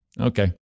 Okay